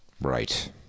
Right